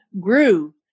grew